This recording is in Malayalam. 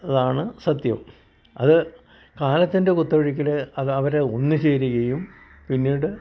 അതാണ് സത്യം അത് കാലത്തിൻ്റെ കുത്തൊഴുക്കിൽ അത് അവർ ഒന്ന് ചേരുകയും പിന്നിട്